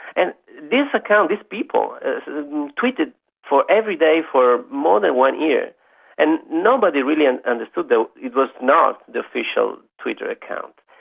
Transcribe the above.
and this account, these people tweeted for every day for more than one year and nobody really and understood that it was not the official twitter account,